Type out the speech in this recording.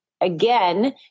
Again